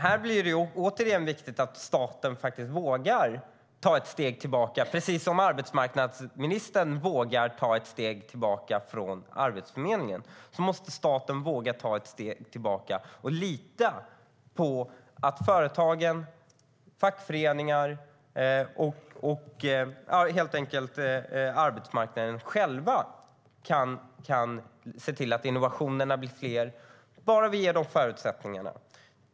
Här blir det återigen viktigt att staten vågar ta ett steg tillbaka. Precis som arbetsmarknadsministern vågar ta ett steg tillbaka i fråga om Arbetsförmedlingen måste staten våga ta ett steg tillbaka och lita på att företag och fackföreningar, arbetsmarknaden helt enkelt, själva kan se till att innovationerna blir fler bara vi ger dem förutsättningarna.